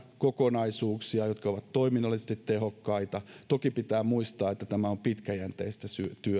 kokonaisuuksia jotka ovat toiminnallisesti tehokkaita toki pitää muistaa että tämä on pitkäjänteistä